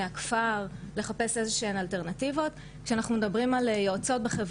אם אנחנו מדברים על סקסטורשן,